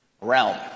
realm